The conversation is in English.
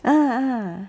ah ah